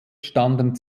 standen